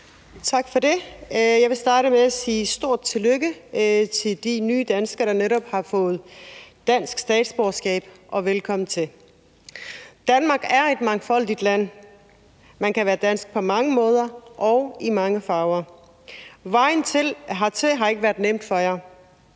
Tak for det. Jeg vil starte med at sige stort tillykke til de nye danskere, der netop har fået dansk statsborgerskab, og velkommen til. Danmark er et mangfoldigt land, man kan være dansk på mange måder og i mange farver. Vejen hertil har ikke været nem for jer,